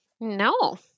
No